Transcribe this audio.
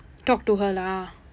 talked to her lah